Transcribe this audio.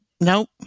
nope